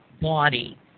body